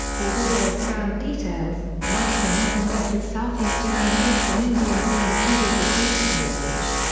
although there are scant details, madison often met with southeastern and western indians who included the creek and osage.